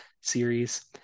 series